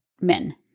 men